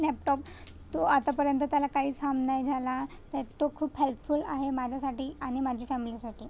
laptop तो आतापर्यंत त्याला काहीच हाम नाही झाला तो खूप हेल्पफूल आहे माझ्यासाठी आणि माझी फॅम्लीसाठी